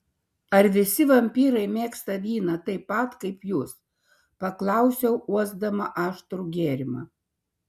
ar visi vampyrai mėgsta vyną taip pat kaip jūs paklausiau uosdama aštrų gėrimą